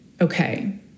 okay